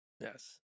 yes